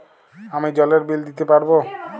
আমি জলের বিল দিতে পারবো?